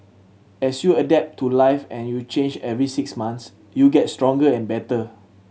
as you adapt to life and you change every six months you get stronger and better